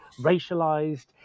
racialized